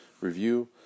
review